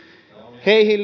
heihin